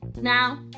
Now